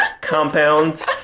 Compound